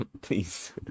Please